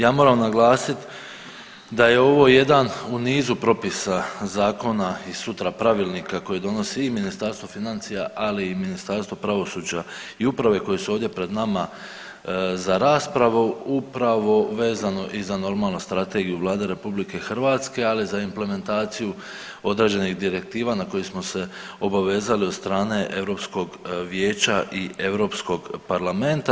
Ja moram naglasit da je ovo jedan u nizu propisa zakona i sutra pravilnika koje donosi i Ministarstvo financija, ali i Ministarstvo pravosuđa i uprave koji su ovdje pred nama za raspravu upravo vezano i za normalno strategiju Vlade RH, ali i za implementaciju određenih direktiva na koje smo se obavezali od strane Europskog vijeća i Europskog parlamenta.